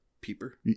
peeper